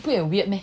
不会很 weird meh